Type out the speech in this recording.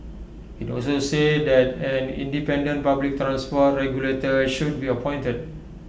IT also said that an independent public transport regulator should be appointed